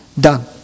done